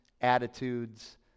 attitudes